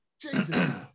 Jesus